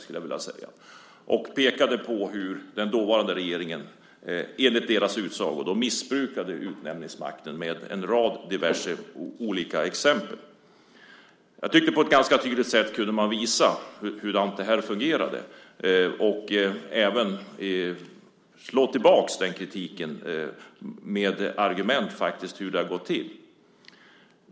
De pekade med en rad olika exempel på hur den dåvarande regeringen enligt deras utsago missbrukade utnämningsmakten. Jag tycker att jag på ett ganska tydligt sätt kunde visa hur det fungerade och kunde även slå tillbaka kritiken med argument för hur det hade gått till.